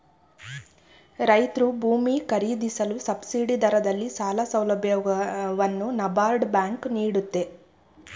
ರೈತ್ರು ಭೂಮಿ ಖರೀದಿಸಲು ಸಬ್ಸಿಡಿ ದರದಲ್ಲಿ ಸಾಲ ಸೌಲಭ್ಯವನ್ನು ನಬಾರ್ಡ್ ಬ್ಯಾಂಕ್ ನೀಡುತ್ತೆ